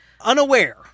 unaware